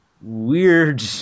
weird